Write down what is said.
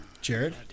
Jared